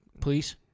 please